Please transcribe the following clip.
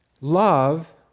Love